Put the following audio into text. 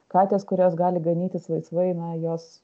katės kurios gali ganytis laisvai na jos